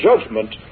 judgment